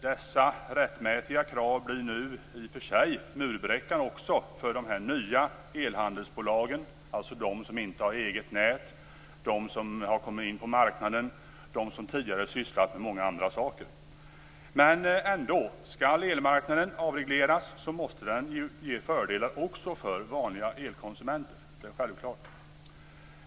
Dessa rättmätiga krav blir nu i och för sig murbräckan också för de nya elhandelsbolagen, dvs. de som inte har eget nät, som kommer in på marknaden och som tidigare har sysslat med många andra saker. Om elmarknaden skall avregleras måste den ge fördelar också för vanliga elkonsumenter. Det är självklart.